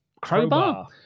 Crowbar